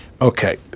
Okay